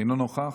אינו נוכח,